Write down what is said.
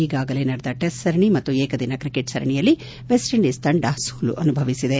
ಈಗಾಗಲೇ ನಡೆದ ಟೆಸ್ಟ್ ಸರಣಿ ಮತ್ತು ಏಕದಿನ ಕ್ರಿಕೆಟ್ ಸರಣಿಯಲ್ಲಿ ವೆಸ್ಟ್ಇಂಡೀಸ್ ತಂಡ ಸೋಲು ಅನುಭವಿಸಿದೆ